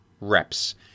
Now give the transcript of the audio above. reps